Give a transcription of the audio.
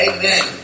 Amen